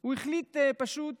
הוא החליט פשוט